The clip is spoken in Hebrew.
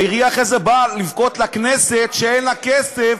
העירייה אחרי זה באה לבכות לכנסת שאין לה כסף,